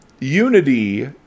unity